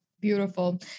Beautiful